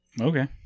Okay